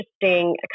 interesting